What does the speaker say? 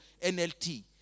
NLT